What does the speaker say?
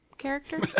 character